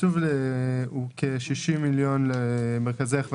התקצוב הוא כ-60 מיליון למרכזי הכוון